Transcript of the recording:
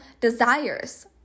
desires